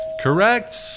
Correct